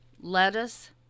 lettuce